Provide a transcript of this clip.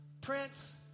Prince